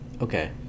Okay